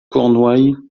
cornouaille